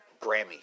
Grammy